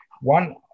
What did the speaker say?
One